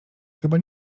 chyba